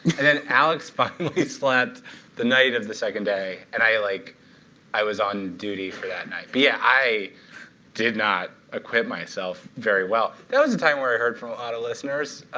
and then alex finally but slept the night of the second day. and i like i was on duty for that night. but yeah, i did not equip myself very well. that was a time where i heard from ah of listeners